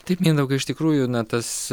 taip mindaugai iš tikrųjų na tas